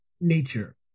nature